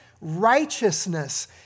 Righteousness